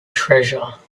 treasure